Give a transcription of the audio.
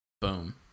Boom